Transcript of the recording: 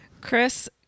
Chris